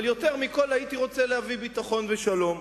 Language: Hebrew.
אבל יותר מכול הייתי רוצה להביא ביטחון ושלום.